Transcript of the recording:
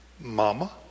Mama